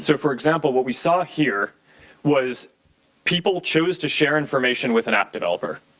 so for example, what we saw here was people chose to share information with an app developer.